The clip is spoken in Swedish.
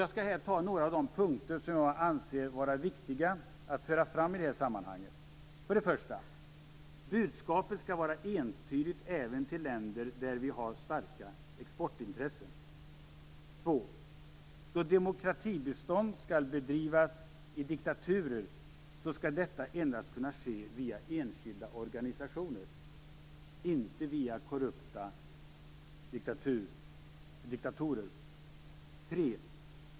Jag skall här ta några av de punkter som jag anser vara viktiga att föra fram i detta sammanhang. 1. Budskapet skall vara entydigt även till länder där vi har starka exportintressen. 2. Då demokratibistånd skall bedrivas i diktaturer skall detta endast kunna ske via enskilda organisationer - inte via korrupta diktatorer. 3.